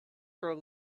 grow